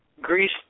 Greece